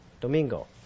Domingo